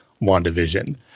WandaVision